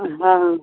हॅं